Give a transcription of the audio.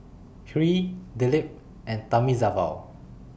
Hri Dilip and Thamizhavel